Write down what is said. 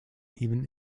even